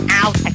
out